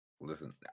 Listen